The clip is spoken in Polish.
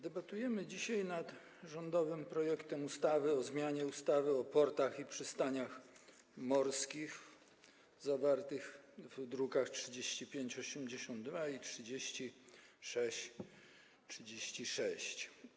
Debatujemy dzisiaj nad rządowym projektem ustawy o zmianie ustawy o portach i przystaniach morskich zawartym w drukach nr 3582 i 3636.